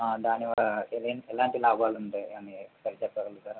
దాని ఎలాంటి లాభాలు ఉంటాయి అని చెప్పగలుగుతారా